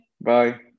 Bye